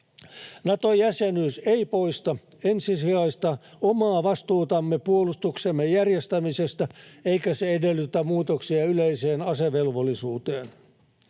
Nato-jäsenyys ei poista ensisijaista omaa vastuutamme puolustuksemme järjestämisestä, eikä se edellytä muutoksia yleiseen asevelvollisuuteen.